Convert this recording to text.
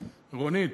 רונית,